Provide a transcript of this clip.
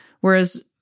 whereas